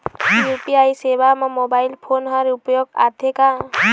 UPI सेवा म mobile phone हर उपयोग आथे का?